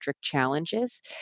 challenges